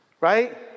Right